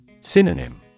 Synonym